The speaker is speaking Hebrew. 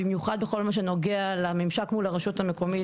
במיוחד בכל מה שנוגע לממשק מול הרשות המקומית